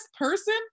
person